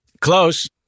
Close